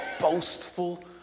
boastful